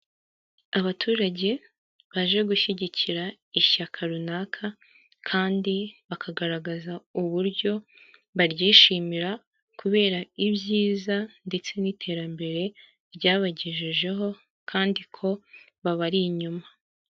Abaturage baje gushyigikira ishyaka runaka kandi bakagaragaza uburyo baryishimira kubera ibyiza ndetse n'iterambere ryabagejejeho kandi ko babari inyuma.